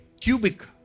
cubic